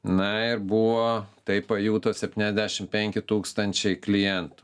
na ir buvo tai pajuto septyniasdešimt penki tūkstančiai klientų